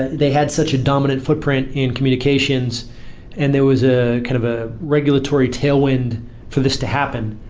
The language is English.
they had such a dominant footprint in communications and there was a kind of a regulatory tailwind for this to happen.